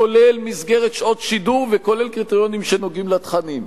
כולל מסגרת שעות שידור וכולל קריטריונים שנוגעים לתכנים.